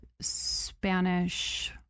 Spanish